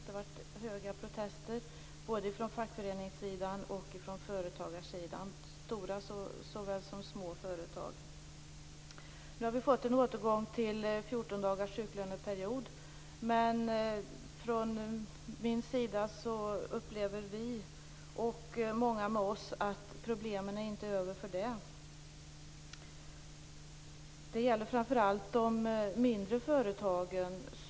Det blev högljudda protester från både fackföreningssidan och företagarsidan - stora såväl som små företag. Nu har det blivit en återgång till 14 dagars sjuklöneperiod. Men vi vänsterpartister, och många med oss, upplever att problemen inte är över för det. Det gäller framför allt de mindre företagen.